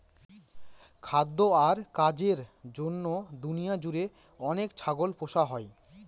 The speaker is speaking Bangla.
খাদ্য আর কাজের জন্য দুনিয়া জুড়ে অনেক ছাগল পোষা হয়